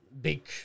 big